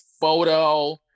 photo